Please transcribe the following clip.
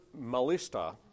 malista